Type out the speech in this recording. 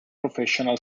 professional